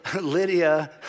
Lydia